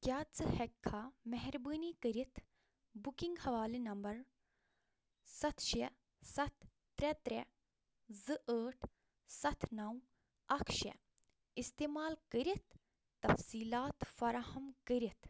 کیٛاہ ژٕ ہیٚکہِ کھا مہربٲنی کٔرتھ بکنٛگ حوالہٕ نمبر ستھ شےٚ ستھ ترٛےٚ ترٛےٚ زٕ ٲٹھ ستھ نَو اکھ شےٚ استعمال کٔرتھ تفصیٖلات فراہم کٔرتھ